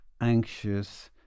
anxious